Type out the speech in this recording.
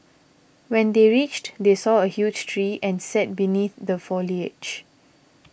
when they reached they saw a huge tree and sat beneath the foliage